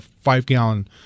five-gallon